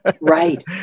Right